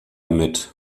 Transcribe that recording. mit